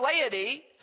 laity